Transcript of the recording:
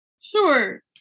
sure